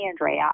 Andrea